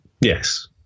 yes